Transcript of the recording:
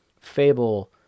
Fable